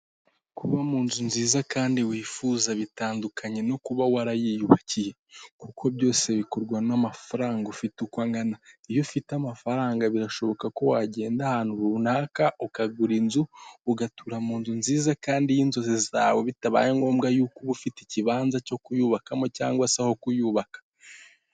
Kuba mu nzu nziza kandi wifuza bitandukanye no kuba warayiyubakiye, kuko byose bikorwa n'amafaranga ufite uko angana, iyo ufite amafaranga birashoboka ko wagenda ahantu runaka ukagura inzu, ugatura mu nzu nziza kandi y'inzozi zawe bitabaye ngombwa ku uba ufite ikibanza cyo kuyubakamo cyangwa aho kuyubaka.